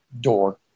door